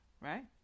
right